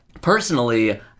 Personally